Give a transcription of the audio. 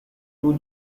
two